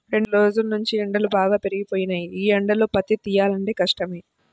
రెండ్రోజుల్నుంచీ ఎండలు బాగా పెరిగిపోయినియ్యి, యీ ఎండల్లో పత్తి తియ్యాలంటే కష్టమే